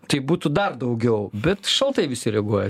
tai būtų dar daugiau bet šaltai visi reaguoja